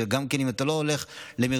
וגם אם אתה לא הולך למרפאה,